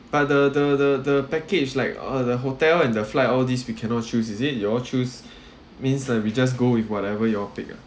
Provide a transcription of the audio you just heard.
but the the the the package like uh the hotel and the flight all these we cannot choose is it you all choose means like we just go with whatever you all pick ah